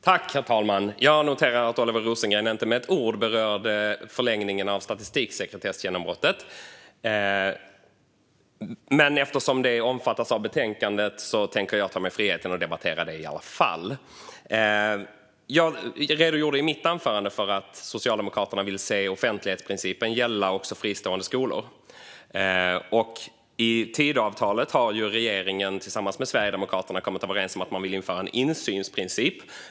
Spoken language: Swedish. Herr talman! Jag noterade att Oliver Rosengren inte med ett ord berörde förlängningen av statistiksekretessgenombrottet, men eftersom detta omfattas av betänkandet tänker jag ta mig friheten att debattera det i alla fall. Jag redogjorde i mitt anförande för att Socialdemokraterna vill se offentlighetsprincipen gälla också fristående skolor. I Tidöavtalet har ju regeringen och Sverigedemokraterna kommit överens om att införa en insynsprincip.